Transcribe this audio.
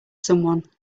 someone